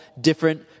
different